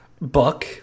buck